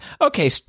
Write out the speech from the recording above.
okay